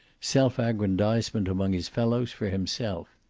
self-aggrandizement among his fellows for himself.